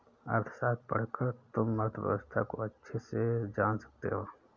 अर्थशास्त्र पढ़कर तुम अर्थव्यवस्था को अच्छे से जान सकते हो